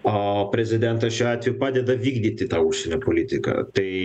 o prezidentas šiuo atveju padeda vykdyti tą užsienio politiką tai